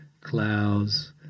clouds